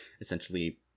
essentially